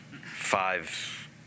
five